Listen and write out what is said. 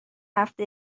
هفته